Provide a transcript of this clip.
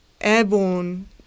airborne